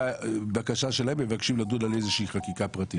ובבקשה שלהם מבקשים לדון על איזושהי חקיקה פרטית.